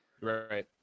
Right